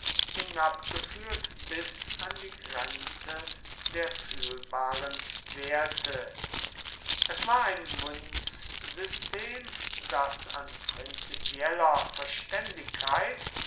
hinabgeführt bis an die grenze der fühlbaren werte es war ein münzsystem das an prinzipieller verständigkeit